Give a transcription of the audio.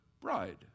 bride